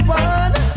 one